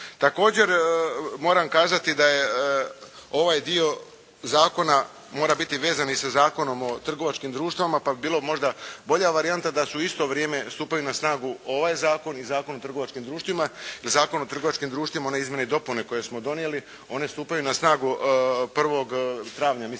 Također moram kazati da je ovaj dio Zakona mora biti vezan i sa Zakonom o trgovačkim društvima pa bi bila možda bolja varijanta da stupaju na snagu isto vrijeme ovaj Zakon i Zakon o trgovačkim društvima, Zakon o trgovačkim društvima one izmjene i dopune koje smo donijeli one stupaju na snagu 1. travnja